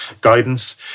guidance